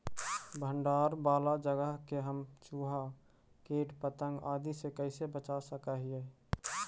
भंडार वाला जगह के हम चुहा, किट पतंग, आदि से कैसे बचा सक हिय?